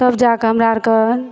तब जाके हमरा अरके